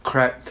crap